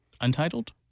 Untitled